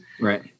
Right